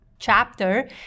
chapter